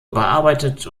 überarbeitet